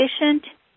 efficient